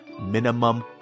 minimum